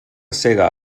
sega